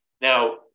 Now